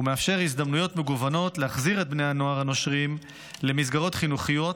מאפשר הזדמנויות מגוונות להחזיר את בני הנוער הנושרים למסגרות חינוכיות